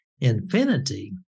infinity